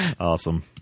Awesome